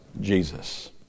Jesus